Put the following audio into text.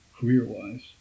career-wise